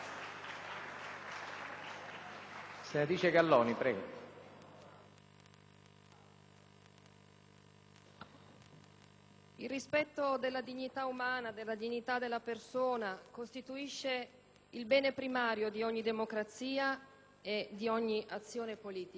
il rispetto della dignità umana, della dignità della persona, costituisce il bene primario di ogni democrazia e di ogni azione politica,